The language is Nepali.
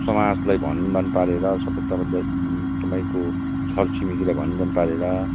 समाजलाई भनभान पारेर सबै तल तपाईँको छरछिमेकीलाई भनभान पारेर